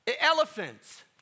Elephants